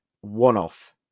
one-off